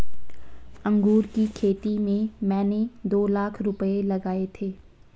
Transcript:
अंगूर की खेती में मैंने दो लाख रुपए लगाए थे